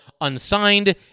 unsigned